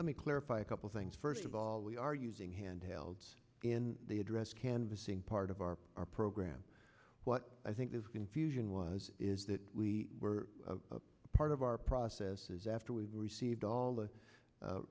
let me clarify a couple things first of all we are using handheld in the address canvassing part of our our program what i think the confusion was is that we were part of our processes after we received all the